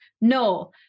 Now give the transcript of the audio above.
No